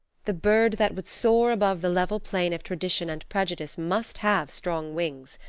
the bird that would soar above the level plain of tradition and prejudice must have strong wings.